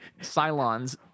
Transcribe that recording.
Cylons